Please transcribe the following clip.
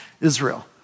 Israel